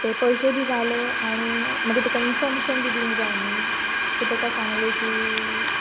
ते पयशे बी जाले आनी मागीर तेका इनफोर्मेशन बी दिवंक जाय न्हय सो ताका सांगलें की